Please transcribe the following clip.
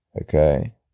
Okay